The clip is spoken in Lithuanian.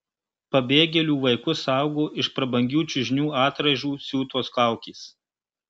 pabėgėlių vaikus saugo iš prabangių čiužinių atraižų siūtos kaukės